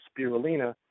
spirulina